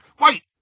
Wait